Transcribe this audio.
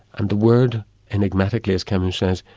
and the word enigmatically, as camus says,